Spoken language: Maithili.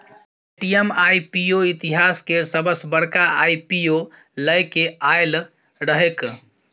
पे.टी.एम आई.पी.ओ इतिहास केर सबसॅ बड़का आई.पी.ओ लए केँ आएल रहैक